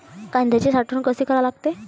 कांद्याची साठवन कसी करा लागते?